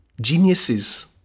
geniuses